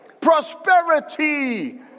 Prosperity